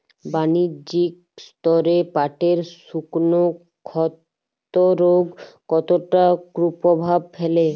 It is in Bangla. বাণিজ্যিক স্তরে পাটের শুকনো ক্ষতরোগ কতটা কুপ্রভাব ফেলে?